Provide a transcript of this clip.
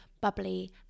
bubbly